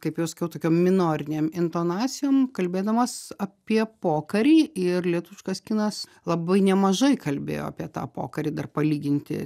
kaip jau sakiau tokiom minorinėm intonacijom kalbėdamas apie pokarį ir lietuviškas kinas labai nemažai kalbėjo apie tą pokarį dar palyginti